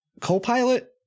Co-pilot